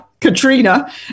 Katrina